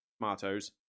tomatoes